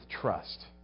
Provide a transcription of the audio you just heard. trust